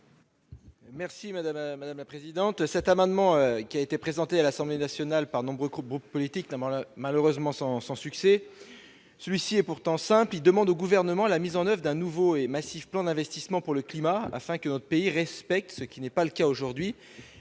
madame la présidente, cet amendement qui a été présenté à l'Assemblée nationale par de nombreux groupes politiques, notamment la malheureusement sans, sans succès, celui-ci est pourtant simple, il demande au gouvernement la mise en Oeuvres d'un nouveau et massif plan d'investissement pour le climat, afin que notre pays respecte ce qui n'est pas le cas aujourd'hui,